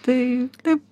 tai taip